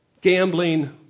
gambling